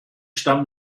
stammen